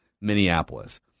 Minneapolis